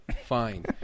Fine